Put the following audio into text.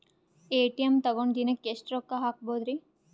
ATM ತಗೊಂಡ್ ದಿನಕ್ಕೆ ಎಷ್ಟ್ ರೊಕ್ಕ ಹಾಕ್ಬೊದ್ರಿ?